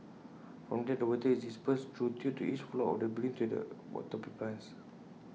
from there the water is dispersed through tubes to each floor of the building to water the plants